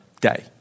day